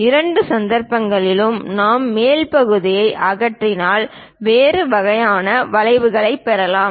இரண்டு சந்தர்ப்பங்களிலும் நாம் மேல் பகுதியை அகற்றினால் வேறு வகையான வளைவுகளைப் பெறுவோம்